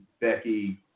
Becky